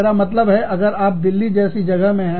मेरा मतलब है अगर आप दिल्ली जैसी जगह में हैं